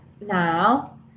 now